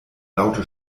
laute